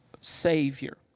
savior